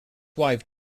wife